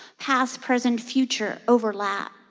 past, present, future overlap.